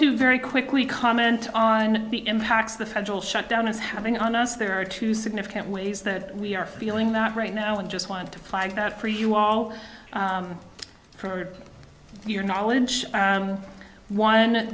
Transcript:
to very quickly comment on the impacts the federal shutdown is having on us there are two significant ways that we are feeling that right now and just want to play that for you all for your knowledge one of